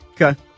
Okay